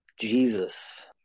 Jesus